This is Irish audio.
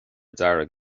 dearg